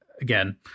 again